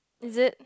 is it